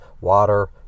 water